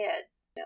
kids